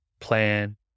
plan